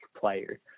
player